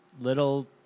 little